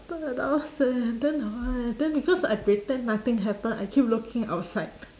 ~ted ah then hor then because I pretend nothing happened I keep looking outside